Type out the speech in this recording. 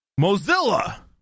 Mozilla